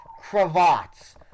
cravats